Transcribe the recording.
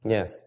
Yes